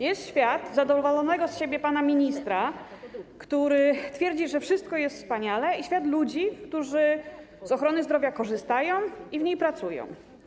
Jest świat zadowolonego z siebie pana ministra, który twierdzi, że wszystko jest wspaniale, i świat ludzi, którzy z ochrony zdrowia korzystają i w niej pracują.